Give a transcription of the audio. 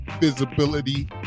visibility